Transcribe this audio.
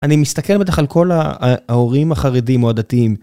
אני מסתכל בטח על כל ההורים החרדים או הדתיים.